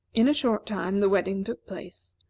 in a short time the wedding took place,